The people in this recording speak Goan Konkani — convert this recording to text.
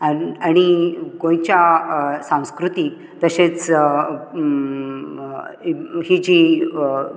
आनी गोंयच्या सांस्कृतीक तशेंच ही जी